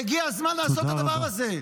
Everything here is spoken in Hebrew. והגיע הזמן לעשות את הדבר הזה.